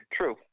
True